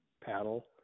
paddle